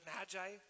Magi